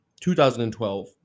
2012